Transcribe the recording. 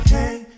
Hey